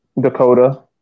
Dakota –